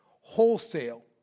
wholesale